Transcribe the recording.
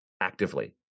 actively